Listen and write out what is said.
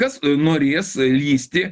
kas norės lįsti